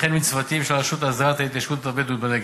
וכן עם צוותים של הרשות להסדרת התיישבות הבדואים בנגב.